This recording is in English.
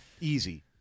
Easy